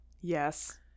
Yes